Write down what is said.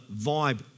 vibe